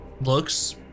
looks